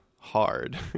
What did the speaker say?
hard